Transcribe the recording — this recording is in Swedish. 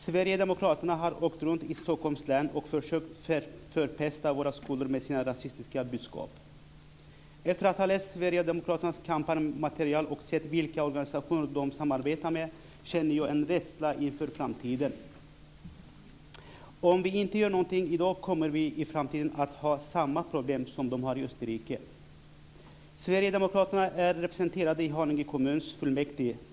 Sverigedemokraterna har åkt runt i Stockholms län och förpestat våra skolor med sitt rasistiska budskap. Efter att ha läst Sverigedemokraternas kampmaterial och sett vilka organisationer de samarbetar med känner jag en rädsla inför framtiden. Om vi inte gör någonting i dag kommer vi i framtiden att ha samma problem som de har i Österrike. Sverigedemokraterna är representerade i Haninge kommunfullmäktige.